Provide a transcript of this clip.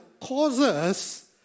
causes